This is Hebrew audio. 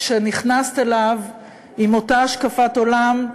שנכנסת אליו עם אותה השקפת עולם,